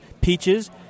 peaches